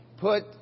put